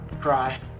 cry